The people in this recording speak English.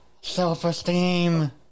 self-esteem